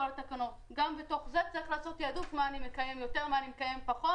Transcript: התקנות וצריך לעשות תעדוף מה לקיים יותר ומה לקיים פחות.